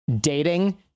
dating